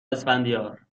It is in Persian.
اسفندیار